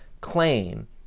claim